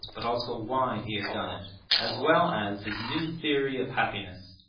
but also why he had done it, as well as his new theory of happiness.